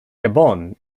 gabon